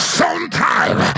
sometime